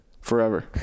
Forever